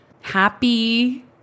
happy